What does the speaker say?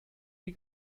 die